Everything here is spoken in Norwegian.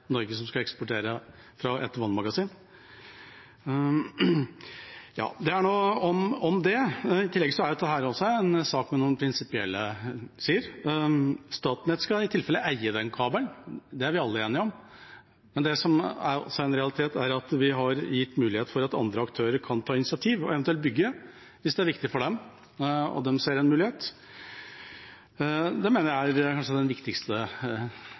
Norge som skal eksportere fra et vannmagasin. I tillegg er dette også en sak med noen prinsipielle sider. Statnett skal, i tilfelle, eie kabelen, det er vi alle enige om. Men det som også er en realitet, er at vi har gitt mulighet for at andre aktører kan ta initiativ og eventuelt bygge, hvis det er viktig for dem, og hvis de ser en mulighet. Det mener jeg kanskje er den viktigste